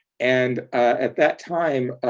and at that time,